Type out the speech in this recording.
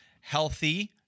healthy